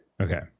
Okay